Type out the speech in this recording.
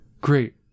Great